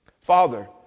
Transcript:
Father